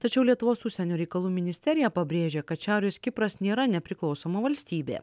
tačiau lietuvos užsienio reikalų ministerija pabrėžia kad šiaurės kipras nėra nepriklausoma valstybė